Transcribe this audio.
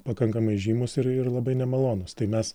pakankamai žymūs ir ir labai nemalonūs tai mes